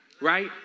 Right